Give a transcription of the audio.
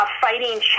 fighting